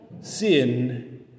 Sin